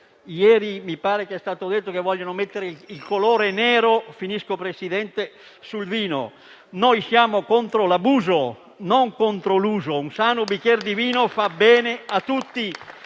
Ieri mi pare sia stato detto che vogliono mettere il colore nero sul vino. Noi siamo contro l'abuso, non contro l'uso: un sano bicchiere di vino fa bene a tutti.